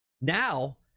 Now